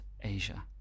Asia